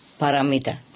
paramita